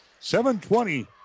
720